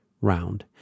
round